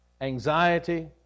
anxiety